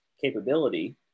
capability